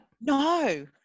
No